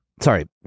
Sorry